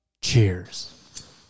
cheers